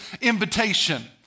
invitation